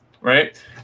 right